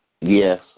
Yes